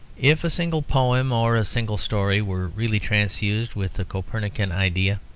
if a single poem or a single story were really transfused with the copernican idea,